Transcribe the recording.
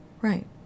Right